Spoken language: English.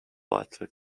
vital